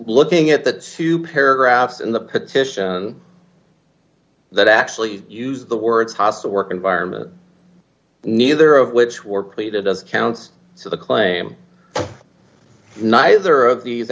looking at that two paragraphs in the petition that actually use the words hostile work environment neither of which were pleaded as counts so the claim neither of these